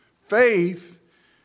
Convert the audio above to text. Faith